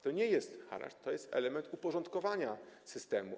To nie jest haracz, to jest element uporządkowania systemu.